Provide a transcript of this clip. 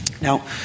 Now